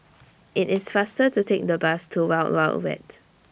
IT IS faster to Take The Bus to Wild Wild Wet